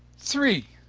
three!